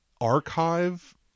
archive